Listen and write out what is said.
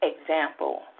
example